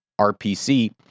RPC